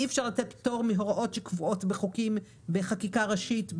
אי-אפשר לתת פטור מהוראות שקבועות בחוקים בחקיקה ראשית,